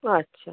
আচ্ছা